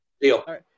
Deal